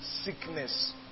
sickness